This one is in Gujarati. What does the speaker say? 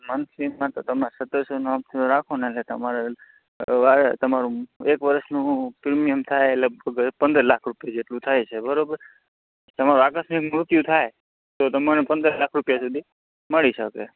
મંથલીમાં તો તમે સત્તાવીસોનો હપ્તો રાખોને એટલે તમારે અ તમારું એક વર્ષનું પ્રિમિયમ થાય એ લગભગ પંદર લાખ જેટલું થાય છે બરોબર તમારે આકસ્મિક મૃત્યુ થાય તો તમને પંદર લાખ રૂપિયા સુધી મળી શકે